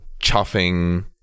chuffing